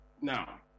Now